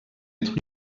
être